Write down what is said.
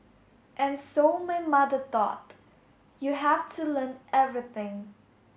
and so my mother thought you have to learn everything